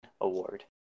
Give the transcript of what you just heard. award